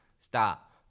stop